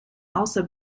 also